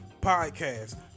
podcast